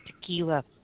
tequila